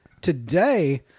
today